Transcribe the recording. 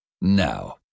Now